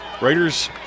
Raiders